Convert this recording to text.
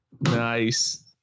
nice